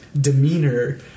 demeanor